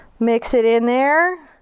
mix it in there.